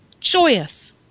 joyous